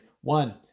one